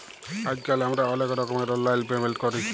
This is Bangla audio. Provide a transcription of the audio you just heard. আইজকাল আমরা অলেক রকমের অললাইল পেমেল্ট ক্যরি